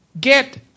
get